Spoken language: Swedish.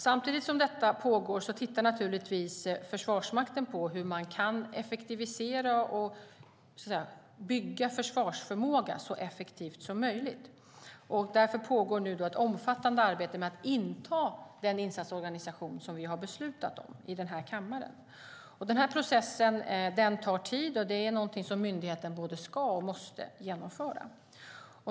Samtidigt som detta pågår tittar Försvarsmakten naturligtvis på hur man kan effektivisera och bygga försvarsförmåga så effektivt som möjligt. Därför pågår nu ett omfattande arbete med att inta den insatsorganisation som vi har beslutat om i den här kammaren. Den processen tar tid och är någonting som myndigheten både ska och måste genomföra.